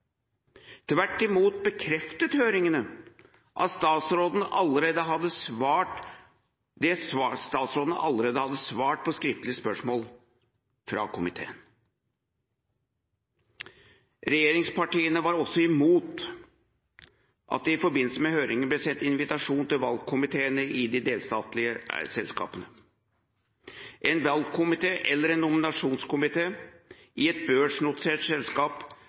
Tvert imot bekreftet høringene at statsråden allerede hadde svart på skriftlig spørsmål fra komiteen. Regjeringspartiene var også imot at det i forbindelse med høringen ble sendt invitasjon til valgkomiteene i de delstatlige selskapene. En valgkomité eller en nominasjonskomité i et børsnotert selskap